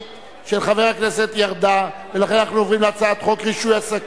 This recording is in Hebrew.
דנון לעידוד הנקה ושמירה על אופן הזנת